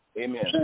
Amen